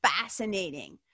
fascinating